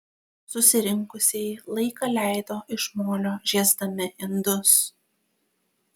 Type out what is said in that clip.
susirinkusieji laiką leido iš molio žiesdami indus